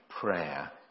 prayer